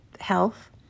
health